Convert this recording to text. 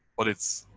but it's.